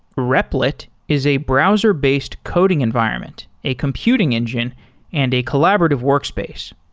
repl it is a browser-based coding environment, a computing engine and a collaborative workspace.